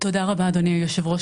תודה רבה אדוני היושב-ראש.